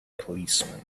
policeman